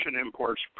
imports